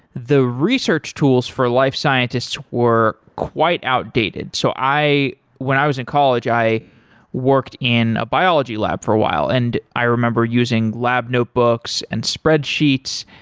the research tools for life scientists were quite outdated. so when i was in college, i worked in a biology lab for a while. and i remember using lab notebooks and spreadsheets.